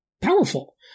powerful